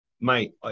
mate